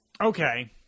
okay